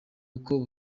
uko